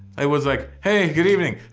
i was like, hey good evening.